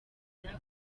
prince